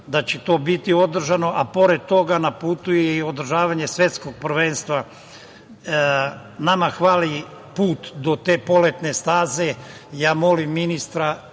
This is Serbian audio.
da će to biti održano, a pored toga na putu je i održavanje Svetskog prvenstva. Nama fali put do te poletne staze i molim ministra